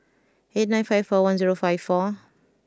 eight nine five four one zero five four